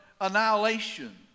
annihilation